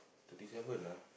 thirty seven lah